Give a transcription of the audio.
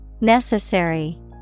Necessary